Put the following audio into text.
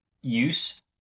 use